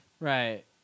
right